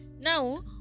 Now